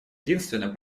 единственным